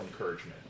encouragement